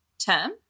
term